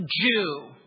Jew